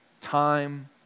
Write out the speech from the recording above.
time